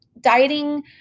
dieting